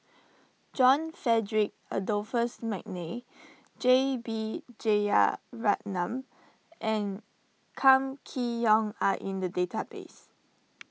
John Frederick Adolphus McNair J B Jeyaretnam and Kam Kee Yong are in the database